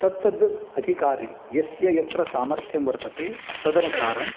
तत्तद् अधिकारी यस्य यत्र सामर्थ्यं वर्तते तदनुसारं